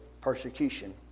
persecution